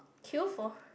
queue for